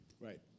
Right